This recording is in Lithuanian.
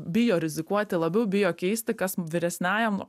bijo rizikuoti labiau bijo keisti kas vyresniajam